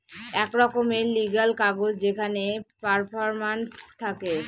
এক রকমের লিগ্যাল কাগজ যেখানে পারফরম্যান্স থাকে